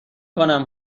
کنم